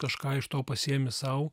kažką iš to pasiėmi sau